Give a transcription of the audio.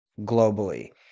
globally